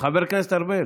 משה ארבל, חבר הכנסת ארבל.